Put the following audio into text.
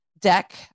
deck